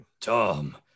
Tom